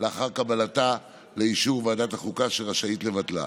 לאחר קבלתה לאישור ועדת החוקה, שרשאית לבטלה.